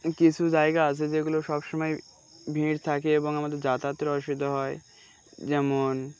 কিছু জায়গা আছে যেগুলো সব সময় ভিড় থাকে এবং আমাদের যাতাত্র অসুবিধা হয় যেমন